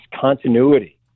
continuity